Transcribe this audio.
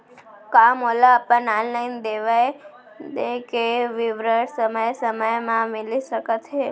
का मोला अपन ऑनलाइन देय के विवरण समय समय म मिलिस सकत हे?